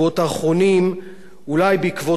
אולי בעקבות מה שיקרה כאן היום,